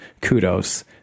kudos